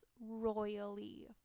royally